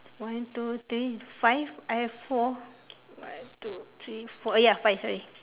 one two three five I have four one two three four oh ya five sorry